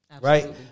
right